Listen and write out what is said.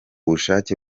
bushake